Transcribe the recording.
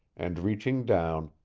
and reaching down,